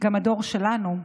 גם הדור שלנו,